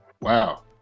Wow